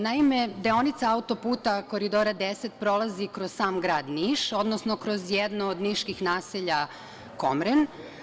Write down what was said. Naime, deonica auto-puta Koridora 10 prolazi kroz sam grad Niš, odnosno kroz jedno od niških naselja Komren.